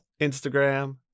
Instagram